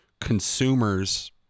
consumers